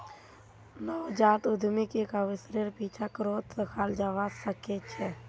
नवजात उद्यमीक एक अवसरेर पीछा करतोत दखाल जबा सके छै